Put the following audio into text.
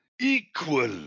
equal